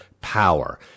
power